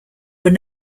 were